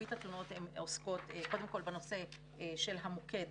מרבית התלונות עוסקות קודם כל בנושא של המוקד